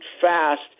fast